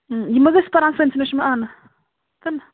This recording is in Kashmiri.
یِم حظ ٲسۍ پران